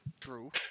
True